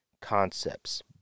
Concepts